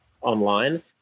online